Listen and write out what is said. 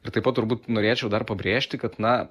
ir taip pat turbūt norėčiau dar pabrėžti kad na